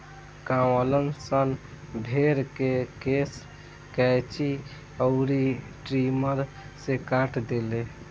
गांववालन सन भेड़ के केश कैची अउर ट्रिमर से काट देले